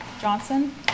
Johnson